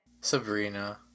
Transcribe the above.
Sabrina